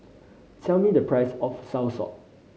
tell me the price of soursop